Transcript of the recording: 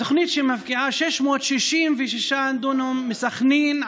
התוכנית שמפקיעה 666 דונם מסח'נין,